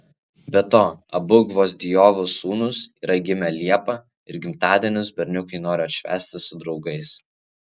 be to abu gvozdiovų sūnus yra gimę liepą ir gimtadienius berniukai nori atšvęsti su draugais